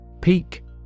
Peak